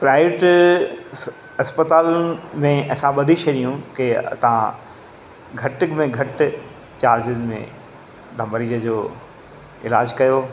client अस्पताल में असां बधी छॾूं कि तव्हां घट में घटि चार्जिस में तव्हां मरीज जो इलाजु कयो